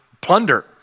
plunder